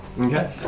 Okay